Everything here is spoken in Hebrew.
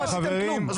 לא עשיתם כלום.